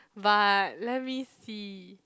but let me see